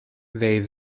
they